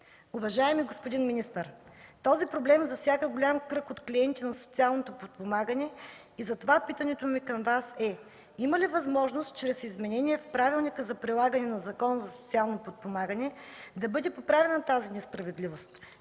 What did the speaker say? Уважаеми господин министър, този проблем засяга голям кръг от клиенти на социалното подпомагане и затова питането ми към Вас е: има ли възможност чрез изменение в Правилника за прилагане на Закона за социално подпомагане да бъде поправена тази несправедливост